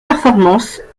performances